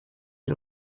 you